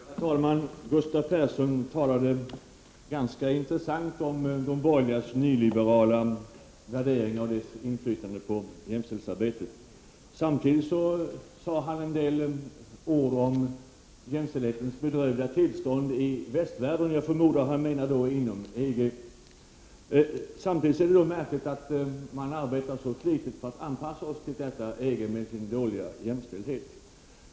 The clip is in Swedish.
Herr talman! Gustav Persson talade ganska intressant om de borgerligas nyliberala värderingar och deras inflytande på jämställdhetsarbetet. Han sade också några ord om jämställdhetens bedrövliga tillstånd i västvärlden, och jag förmodar att han menade tillståndet inom EG. Då är det märkligt att man samtidigt arbetar så flitigt för att anpassa oss till detta EG med dess dåliga jämställdhet.